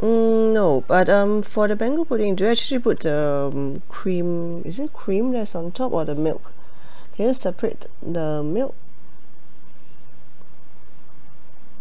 hmm no but um for the mango pudding do you actually put um cream is it cream that's on top of the milk can you separate the milk